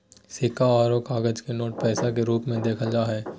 सिक्का आरो कागज के नोट पैसा के रूप मे देखल जा हय